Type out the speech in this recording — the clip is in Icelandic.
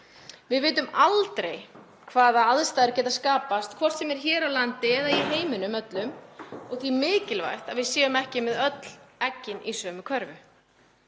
Við vitum aldrei hvaða aðstæður geta skapast, hvort sem er hér á landi eða í heiminum öllum, og því mikilvægt að við séum ekki með öll eggin í sömu körfu.